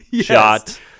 shot